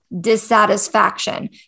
dissatisfaction